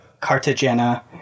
Cartagena